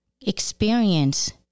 experience